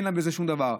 אין לה בזה שום דבר.